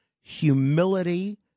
humility